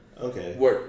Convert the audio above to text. okay